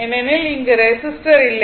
ஏனெனில் இங்கு ரெசிஸ்டர் இல்லை